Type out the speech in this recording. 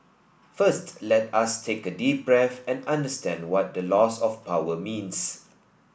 first let us take a deep breath and understand what the loss of power means